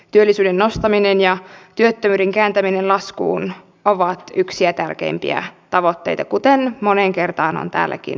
työllisyyden nostaminen ja työttömyyden kääntäminen laskuun ovat yksiä tärkeimpiä tavoitteita kuten moneen kertaan on täälläkin sanottu